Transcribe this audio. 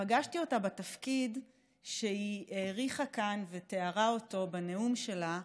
פגשתי אותה בתפקיד שהיא האריכה כאן ותיארה אותו בנאום שלה,